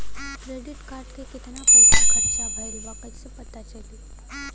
Credit card के कितना पइसा खर्चा भईल बा कैसे पता चली?